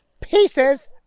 pieces